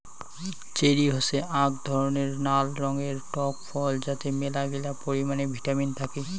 cherry হসে আক ধরণের নাল রঙের টক ফল যাতে মেলাগিলা পরিমানে ভিটামিন থাকি